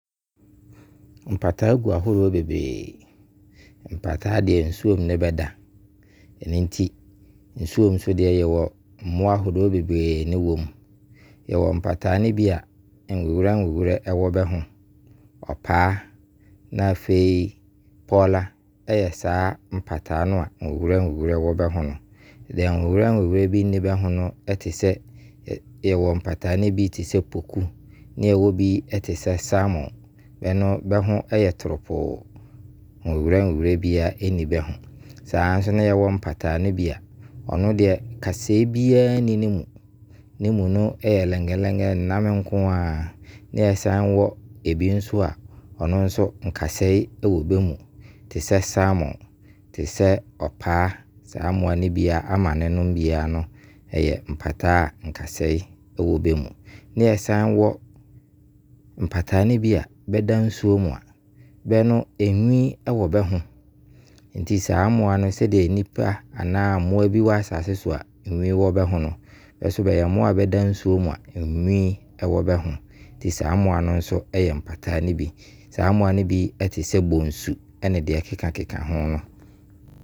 Mpataa gu ahoroɔ bebree. Mpataa deɛ nsuo mu ne bɛda. Ɛno nti, nsuo mu nso deɛ yɛwɔ mmoa ahodɔo bebree ne wɔ mu. Yɛwɔ mpataa no bi a, nwewerɛnwewerɛ wɔ bɛho. 'ɔpaa' ne afei 'Poola', ɛyɛ saa mpata no a nwewerɛnwewerɛ wɔ bɛho no. Deɛ nwewerɛnwewerɛ bi nni bɛho no bi te sɛ, yɛwɔ mpataa no bi te sɛ 'Poku'. Ne yɛwɔ bi te sɛ 'Salmon', bɛ no bɛho yɛ torɔpoo, nwewerɛnwewerɛ bi ara nni bɛho. Saa nso na yɛwɔ mpataa no bi a, ɔno deɛ kaseɛ bi ara nni bɛ mu. Bɛ mu no yɛ lengelenge, nnam nkoaa. Yɛsane wɔ ebinom nso a, ɛno nso nkase ɛwɔ bɛ mu te sɛ 'Salmon', te sɛ ɔpaa, saa mmoa no bi a, Amane no bi a, ɛyɛ mpataa a nkaseɛ wɔ bɛ mu. Ne yɛ san wɔ, mpataa no bi a, bɛda nsuo mu a, bɛ no nwii wɔ bɛho. Nti saa mmoa no sɛdeɛ nipa anaa mmoa bi wɔ asaase so a nwii wɔ bɛho no, bɛ nso bɛyɛ mmoa bɛda nsuo mu a nwii wɔ bɛho. Nti saa mmoa no nso yɛ mpata no bi. Saa mmoa no nso bi te sɛ Bonsu ne deɛ ɛkeka ho nom.